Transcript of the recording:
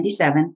1997